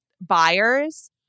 buyers